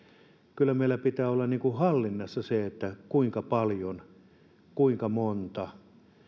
kyllä meillä pitää olla hallinnassa se kuinka paljon on kuinka monta on